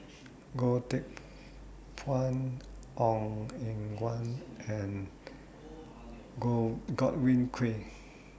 Goh Teck Phuan Ong Eng Guan and Go Godwin Koay